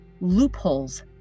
loopholes